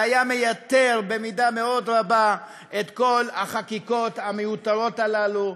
שהיה מייתר במידה מאוד רבה את כל החקיקות המיותרות הללו,